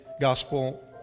gospel